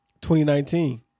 2019